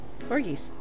Corgis